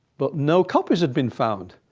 but no copies have been found,